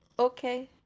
Okay